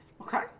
Okay